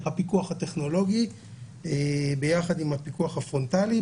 הפיקוח הטכנולוגי ביחד עם הפיקוח הפרונטלי.